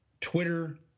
twitter